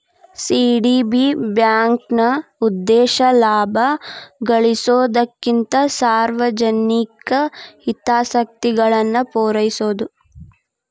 CDB ಬ್ಯಾಂಕ್ನ ಉದ್ದೇಶ ಲಾಭ ಗಳಿಸೊದಕ್ಕಿಂತ ಸಾರ್ವಜನಿಕ ಹಿತಾಸಕ್ತಿಗಳನ್ನ ಪೂರೈಸೊದು